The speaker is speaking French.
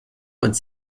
vingt